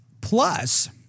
plus